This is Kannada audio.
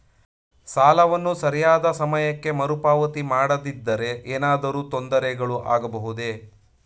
ಸಾಲವನ್ನು ಸರಿಯಾದ ಸಮಯಕ್ಕೆ ಮರುಪಾವತಿ ಮಾಡದಿದ್ದರೆ ಏನಾದರೂ ತೊಂದರೆಗಳು ಆಗಬಹುದೇ?